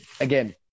again